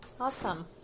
Awesome